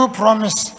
promise